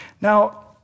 Now